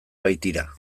baitira